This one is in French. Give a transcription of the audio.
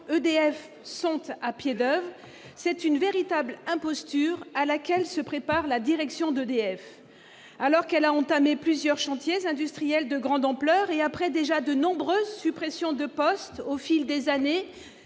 EDF sont à pied d'oeuvre, c'est une véritable imposture à laquelle se prépare la direction d'EDF ! Alors qu'elle a entamé plusieurs chantiers industriels de grande ampleur et après déjà de nombreuses suppressions de postes au fil des années-